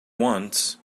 once